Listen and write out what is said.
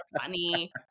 funny